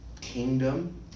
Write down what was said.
kingdom